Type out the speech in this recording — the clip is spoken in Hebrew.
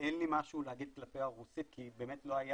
אין לי משהו להגיד לגבי הרוסית כי באמת לא היו